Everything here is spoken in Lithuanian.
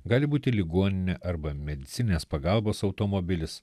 gali būti ligoninė arba medicininės pagalbos automobilis